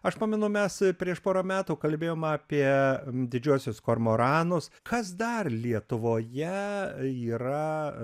aš pamenu mes prieš porą metų kalbėjom apie didžiuosius kormoranus kas dar lietuvoje yra